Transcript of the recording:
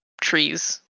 trees